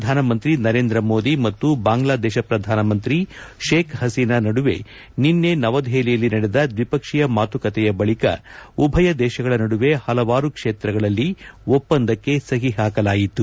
ಪ್ರಧಾನಮಂತ್ರಿ ನರೇಂದ್ರ ಮೋದಿ ಮತ್ತು ಬಾಂಗ್ಲಾದೇಶ ಪ್ರಧಾನಮಂತ್ರಿ ಶೇಬ್ ಹಸೀನಾ ನಡುವೆ ನಿನ್ನೆ ನವದೆಹಲಿಯಲ್ಲಿ ನಡೆದ ದ್ವಿಪಕ್ಷೀಯ ಮಾತುಕತೆಯ ಬಳಿಕ ಉಭಯ ದೇಶಗಳ ನಡುವೆ ಹಲವಾರು ಕ್ಷೇತ್ರಗಳಲ್ಲಿ ಒಪ್ಪಂದಕ್ಕೆ ಸಹಿ ಹಾಕಲಾಯಿತು